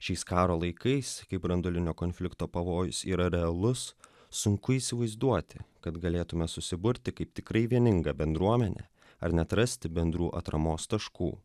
šiais karo laikais kai branduolinio konflikto pavojus yra realus sunku įsivaizduoti kad galėtumėme susiburti kaip tikrai vieninga bendruomenė ar neatrasti bendrų atramos taškų